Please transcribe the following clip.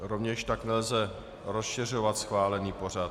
Rovněž tak nelze rozšiřovat schválený pořad.